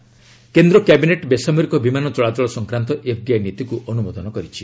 cabinet FDI କେନ୍ଦ୍ର cabinet ବେସାମରିକ ବିମାନ ଚଳାଚଳ ସଂକ୍ରାନ୍ତ ଏଫ୍ଡିଆଇ ନୀତିକୁ ଅନୁମୋଦନ କରିଛି